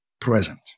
present